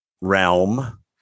realm